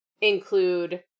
include